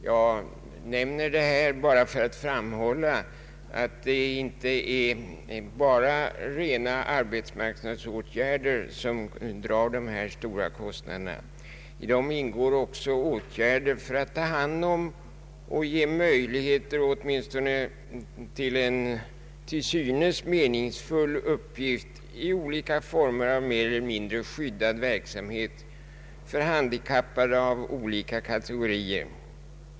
Jag nämner detta bara för att framhålla att det inte endast är rena arbetsmarknadsåtgärder som drar dessa stora kostnader. I kostnaderna ingår också åtgärder för att ta hand om och ge möjligheter till åtminstone en till synes meningsfull uppgift i olika former av mer eller mindre skyddad verksamhet för handikappade av olika kategorier.